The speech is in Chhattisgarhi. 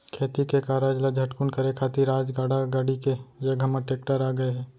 खेती के कारज ल झटकुन करे खातिर आज गाड़ा गाड़ी के जघा म टेक्टर आ गए हे